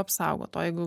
apsaugot o jeigu